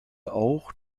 auch